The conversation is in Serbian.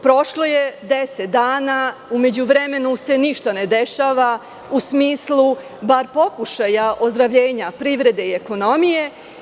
Prošlo je 10 dana, a u međuvremenu se ništa ne dešava u smislu bar pokušaja ozdravljenja privrede i ekonomije.